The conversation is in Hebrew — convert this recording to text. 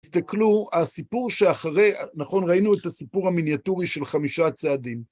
תסתכלו, הסיפור שאחרי, נכון, ראינו את הסיפור המיניאטורי של חמישה צעדים.